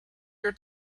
your